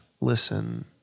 listen